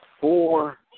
four